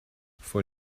vor